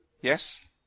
Yes